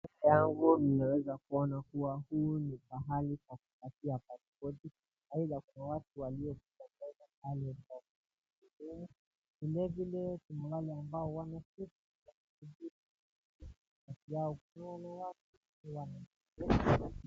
Mbele yangu naweza kuona kuwa huu ni pahali pa kukatia passport , aidha ni watu waliojitembeza pale kwa shughuli, vilevile kuna wale ambao wameketi kwa viti wakingoja foleni pale mbele.